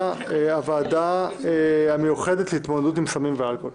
הוועדה המיוחדת להתמודדות עם סמים ואלכוהול.